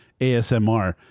ASMR